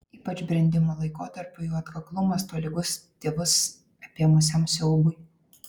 ypač brendimo laikotarpiu jų atkaklumas tolygus tėvus apėmusiam siaubui